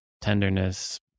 tenderness